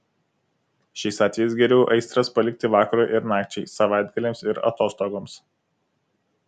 šiais atvejais geriau aistras palikti vakarui ir nakčiai savaitgaliams ir atostogoms